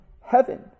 heaven